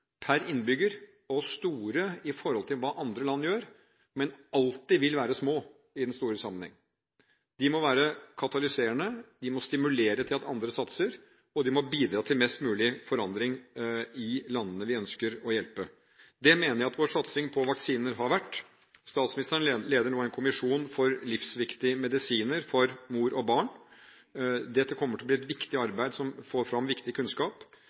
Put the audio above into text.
per innbygger og store sammenliknet med hva andre land gjør, men som alltid vil være små i den store sammenhengen – kan være katalyserende og stimulere til at andre satser, og kan bidra til mest mulig forandring i landene vi ønsker å hjelpe. Det mener jeg at vår satsing på vaksiner har vært. Statsministeren leder nå en kommisjon for livsviktige medisiner for mor og barn. Dette kommer til å bli et viktig arbeid som får fram viktig kunnskap.